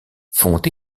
font